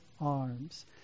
arms